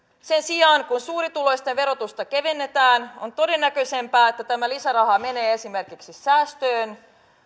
sen sijaan kun suurituloisten verotusta kevennetään on todennäköisempää että tämä lisäraha menee esimerkiksi säästöön